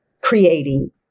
creating